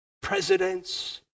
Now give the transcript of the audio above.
presidents